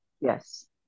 Yes